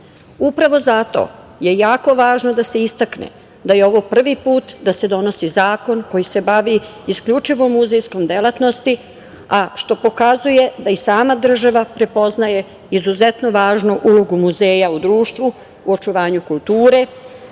Upravo zato je jako važno da se istakne da je ovo prvi put da se donosi zakon koji se bavi isključivo muzejskom delatnošću, a što pokazuje da i sama država prepoznaje izuzetno važnu ulogu muzeja u društvu u očuvanju kulture,